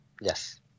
Yes